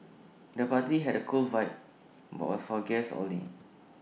the party had A cool vibe but was for guests only